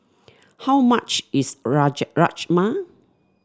how much is Rajar Rajma